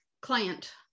client